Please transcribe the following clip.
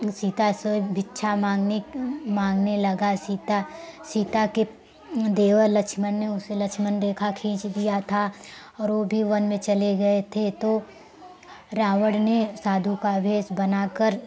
सीता से भीक्षा मांगने मांगने लगा सीता सीता के देवर लक्ष्मण ने उसे लक्ष्मण रेखा खींच दिया था और वह भी वन में चले गए थे तो रावण ने साधू का वेष बनाकर